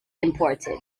imported